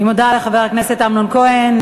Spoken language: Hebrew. אני מודה לחבר הכנסת אמנון כהן.